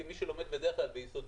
כמי שבדרך כלל לומד ביסודיות,